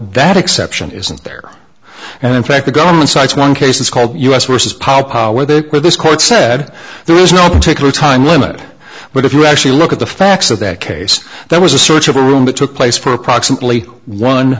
that exception isn't there and in fact the government cites one case it's called us versus pop where the where this court said there is no particular time limit but if you actually look at the facts of that case there was a search of a room that took place for approximately one